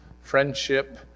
friendship